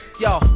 yo